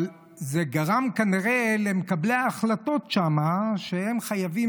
אבל זה גרם כנראה למקבלי ההחלטות שם לכך שהם חייבים,